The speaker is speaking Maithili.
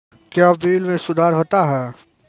क्या बिल मे सुधार होता हैं?